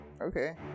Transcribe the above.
Okay